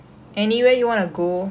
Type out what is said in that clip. so you are from burning mars